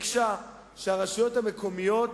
ביקשה שהרשויות המקומיות